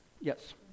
Yes